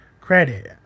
credit